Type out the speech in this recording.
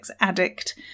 addict